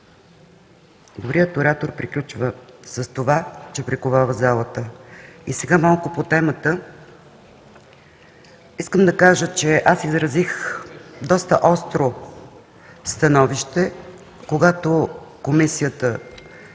дори ако оратор приключва с това, че приковава залата. И сега малко по темата. Искам да кажа, че аз изразих доста остро становище, когато Комисията,